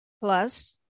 plus